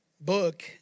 book